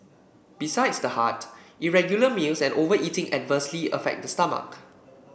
besides the heart irregular meals and overeating adversely affect the stomach